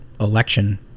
election